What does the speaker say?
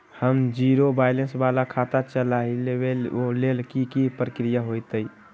हम zero balance वाला खाता चाहइले वो लेल की की प्रक्रिया होतई?